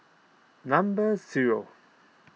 number zero